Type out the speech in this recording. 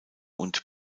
und